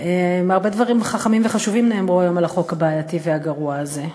הרבה דברים חכמים וחשובים נאמרו היום על החוק הבעייתי והגרוע הזה.